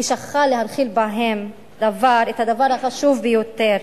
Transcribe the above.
היא שכחה להנחיל להם את הדבר החשוב ביותר: